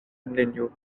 neniu